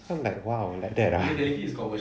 I'm like !wow! like that ah